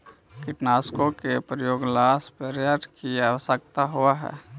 कीटनाशकों के प्रयोग ला स्प्रेयर की आवश्यकता होव हई